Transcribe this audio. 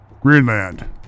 Greenland